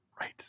Right